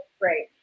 Great